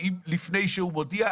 ואם לפני שהוא מודיע,